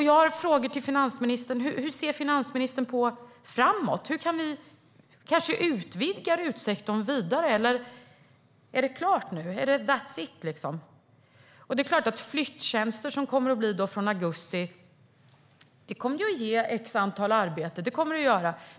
Jag har frågor till finansministern. Hur ser finansministern framåt? Kan vi kanske utvidga RUT-sektorn vidare? Eller är det klart nu - är det that's it? Det är klart att flyttjänster, där det blir RUT-avdrag från augusti, kommer att ge ett visst antal arbeten.